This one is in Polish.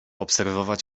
obserwować